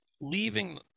leaving